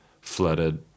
flooded